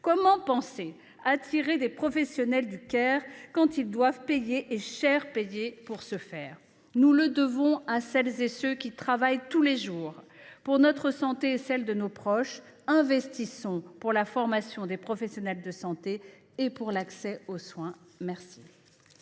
Comment penser attirer des professionnels du quand ils doivent payer aussi cher pour se former ? Nous le devons à celles et ceux qui travaillent tous les jours pour notre santé et pour celle de nos proches : investissons dans la formation des professionnels de santé et dans l’accès aux soins !